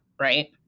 right